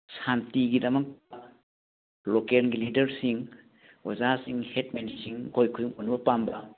ꯁꯥꯟꯇꯤꯒꯤꯗꯃꯛ ꯂꯣꯀꯦꯜꯒꯤ ꯂꯤꯗꯔꯁꯤꯡ ꯑꯣꯖꯥꯁꯤꯡ ꯍꯦꯗꯃꯦꯟꯁꯤꯡ ꯑꯩꯈꯣꯏ ꯈꯨꯗꯤꯡꯃꯛ ꯎꯅꯕ ꯄꯥꯝꯕ